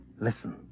Listen